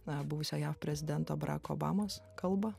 na buvusio jav prezidento barako obamos kalbą